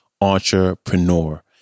entrepreneur